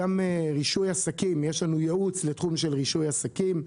גם רישוי עסקים יש לנו ייעוץ לתחום של רישוי עסקים,